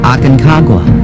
Aconcagua